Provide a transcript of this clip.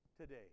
today